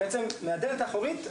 ובעצם מהדלת האחורית,